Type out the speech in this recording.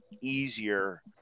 easier